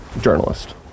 journalist